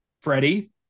Freddie